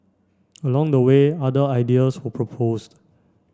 along the way other ideas were proposed